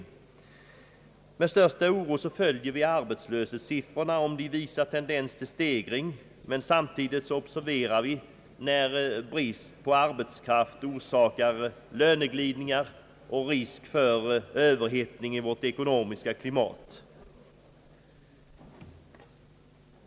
Med största oro följer vi arbetslöshetssiffrorna om de visar tendens till stegring, men samtidigt observerar vi när brist på arbetskraft orsakar löneglidningar och risk för överhettning i vårt ekonomiska klimat.